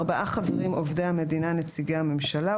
(1)ארבעה חברים עובדי המדינה נציגי הממשלה,